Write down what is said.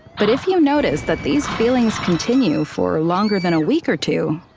but if you notice that these feelings continue for longer than a week or two,